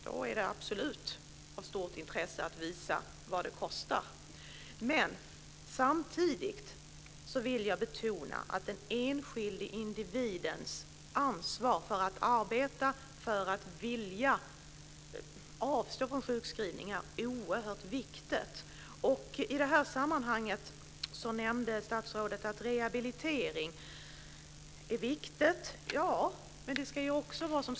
Då är det absolut av stort intresse att visa vad det kostar. Men samtidigt vill jag betona att den enskilde individens ansvar när det gäller att arbeta och vilja avstå från sjukskrivningar är oerhört viktigt. I det sammanhanget nämnde statsrådet att det är viktigt med rehabilitering.